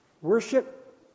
worship